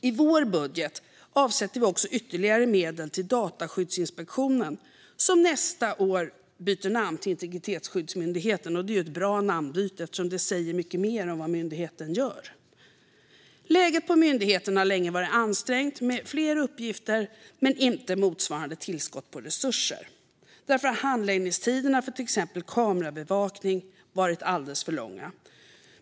I vår budget avsätter vi också ytterligare medel till Datainspektionen, som nästa år byter namn till Integritetsskyddsmyndigheten. Det är ett bra namnbyte eftersom det säger mycket mer om vad myndigheten gör. Läget på myndigheten har länge varit ansträngt med fler uppgifter men inte motsvarande tillskott av resurser. Exempelvis har handläggningstiderna för tillstånd till kamerabevakning varit alldeles för långa.